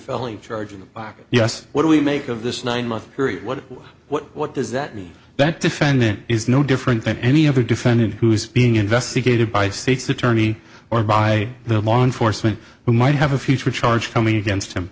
felony charge of black yes what do we make of this nine month period what what what does that mean that defendant is no different than any other defendant who is being investigated by state's attorney or by the law enforcement who might have a future charge coming against him